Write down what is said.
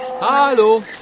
Hallo